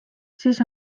siis